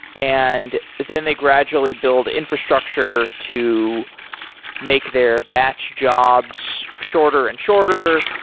and then they gradually build infrastructure to make their batch jobs shorter and shorter.